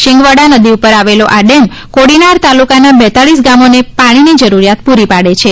શિંગવડા નદી પર આવેલો આ ડેમ કોડીનાર તાલુકાનાં વરગામોને પાણીની જરૂરિયાત પૂરી પાડી છે